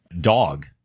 Dog